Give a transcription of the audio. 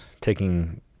Taking